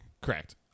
Correct